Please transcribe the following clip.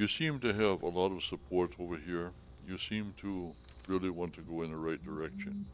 you seem to have a lot of support over here you seem to really want to go in the right direction